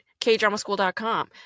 kdramaschool.com